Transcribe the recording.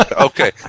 okay